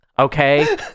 Okay